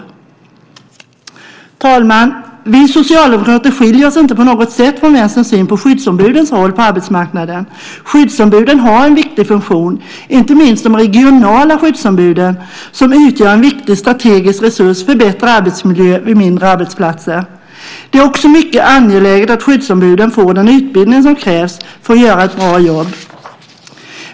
Fru talman! Socialdemokraternas syn skiljer sig inte på något sätt från Vänsterns när det gäller skyddsombudens roll på arbetsmarknaden. Skyddsombuden har en viktig funktion, inte minst de regionala skyddsombuden som utgör en viktig strategisk resurs för bättre arbetsmiljö på mindre arbetsplatser. Det är också mycket angeläget att skyddsombuden får den utbildning som krävs för att göra ett bra jobb.